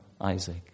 Isaac